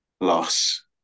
loss